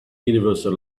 universal